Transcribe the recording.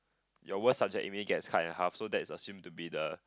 your worst subject even get hard and hard so that is assume to be the